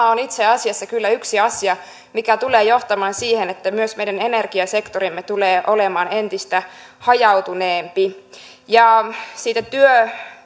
on itse asiassa kyllä yksi asia mikä tulee johtamaan siihen että myös meidän energiasektorimme tulee olemaan entistä hajautuneempi siitä työn